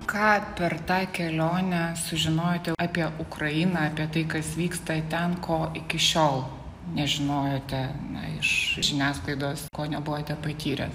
ką per tą kelionę sužinojote apie ukrainą apie tai kas vyksta ten ko iki šiol nežinojote iš žiniasklaidos ko nebuvote patyrę